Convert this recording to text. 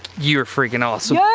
you're freaking awesome. yeah